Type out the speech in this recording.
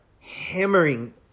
hammering